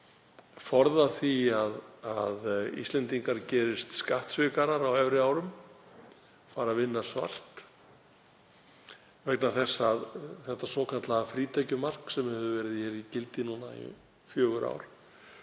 forða því að Íslendingar gerist skattsvikarar á efri árum, fari að vinna svart vegna þess að hið svokallaða frítekjumark sem við höfum verið með núna í fjögur ár